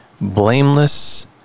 blameless